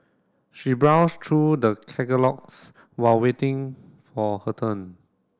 she browsed through the catalogues while waiting for her turn